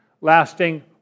lasting